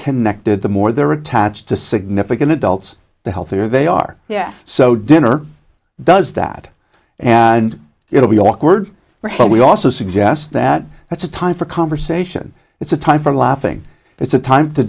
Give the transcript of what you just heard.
connected the more they're attached to significant adults the healthier they are yeah so dinner does that and it'll be awkward we're probably also suggests that that's a time for conversation it's a time for laughing it's a time to